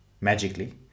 magically